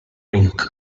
rink